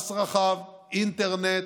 פס רחב, אינטרנט,